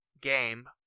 game